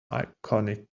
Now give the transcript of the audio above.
iconic